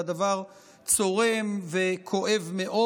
והדבר צורם וכואב מאוד,